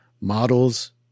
models